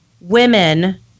women